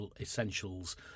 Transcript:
essentials